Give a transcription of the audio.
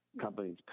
companies